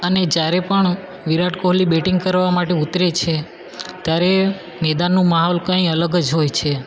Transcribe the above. અને જ્યારે પણ વિરાટ કોહલી બેટિંગ કરવા માટે ઉતરે છે ત્યારે મેદાનનો માહોલ કંઇ અલગ જ હોય છે